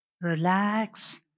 relax